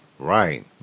Right